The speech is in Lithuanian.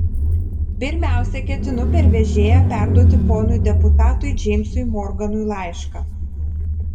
pirmiausia ketinu per vežėją perduoti ponui deputatui džeimsui morganui laišką